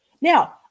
Now